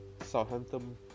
Southampton